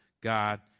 God